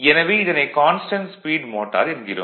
எனவே இதனை constant speed motor என்கிறோம்